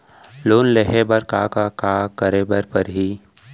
Loan लेहे बर का का का करे बर परहि?